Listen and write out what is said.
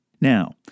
Now